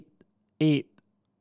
eight